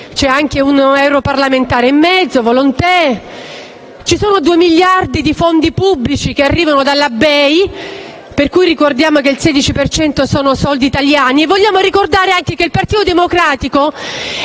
anche un europarlamentare, Luva Volontè, e ci sono due miliardi di fondi pubblici che arrivano dalla BEI, di cui ricordiamo che il 16 per cento sono soldi italiani. Vogliamo ricordare anche che il Partito Democratico